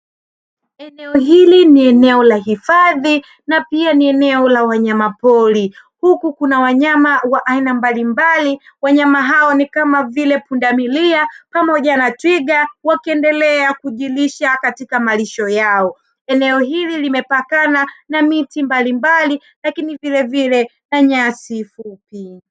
Eneo hili ni eneo la hifadhi na pia ni eneo la wanyama pori huku kuna wanyama wa aina mbalimbali wanyama hao ni kama vile pundamilia pamoja na twiga, wakiendelea kujilisha katika malisho yao eneo hili limepakana na miti mbalimbali lakini vilevile na nyasi fupi.